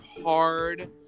hard